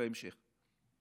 בהמשך.